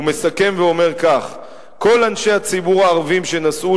והוא מסכם ואומר כך: "כל אנשי הציבור הערבים שנסעו